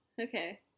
Okay